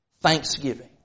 thanksgiving